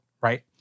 right